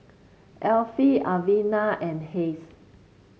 Affie Elvina and Hays